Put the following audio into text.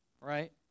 right